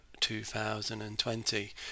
2020